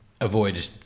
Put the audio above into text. Avoid